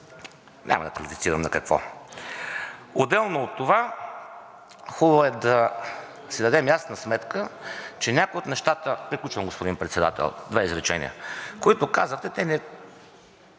няма да квалифицирам на какво. Отделно от това, хубаво е да си дадем ясна сметка, че някои от нещата – приключвам, господин Председател, две изречения, които казахте, те не